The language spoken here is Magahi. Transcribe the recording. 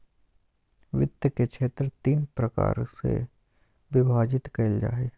वित्त के क्षेत्र तीन प्रकार से विभाजित कइल जा हइ